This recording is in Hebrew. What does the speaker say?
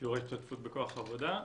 שיעור ההשתתפות בכוח העבודה?